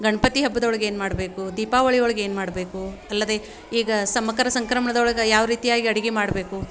ಗಣಪತಿ ಹಬ್ಬದೊಳಗೆ ಏನು ಮಾಡಬೇಕು ದೀಪಾವಳಿ ಒಳಗೆ ಏನು ಮಾಡಬೇಕು ಅಲ್ಲದೆ ಈಗ ಸ ಮಕರ ಸಂಕ್ರಮಣದೊಳಗೆ ಯಾವ ರೀತಿ ಆಗಿ ಅಡ್ಗೆ ಮಾಡಬೇಕು